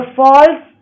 false